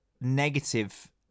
negative